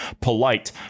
polite